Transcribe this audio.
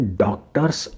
doctors